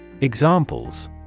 Examples